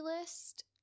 list